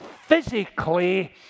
physically